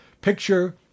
picture